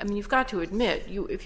i mean you've got to admit you if